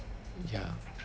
ya